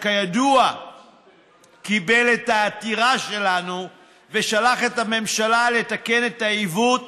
שכידוע קיבל את העתירה שלנו ושלח את הממשלה לתקן את העיוות